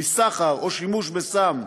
מסחר או שימוש בסם,